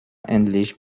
endlich